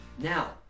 Now